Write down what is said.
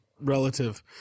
relative